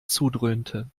zudröhnte